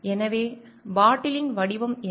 எனவே பாட்டிலின் வடிவம் என்ன